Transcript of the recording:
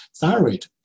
Thyroid